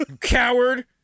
Coward